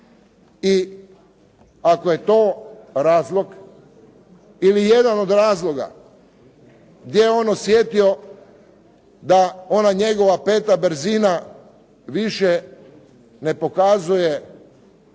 I ako je to razlog ili jedan od razloga gdje je on osjetio da ona njegova peta brzina više ne pokazuje